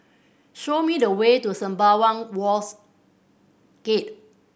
show me the way to Sembawang Wharves Gate